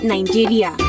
Nigeria